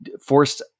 forced